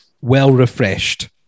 well-refreshed